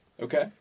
Okay